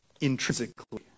intrinsically